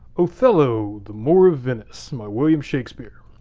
othello, the moor of venice and by william shakespeare.